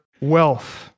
wealth